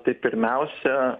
tai pirmiausia